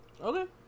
Okay